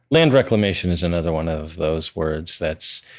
land reclamation is another one of those words that's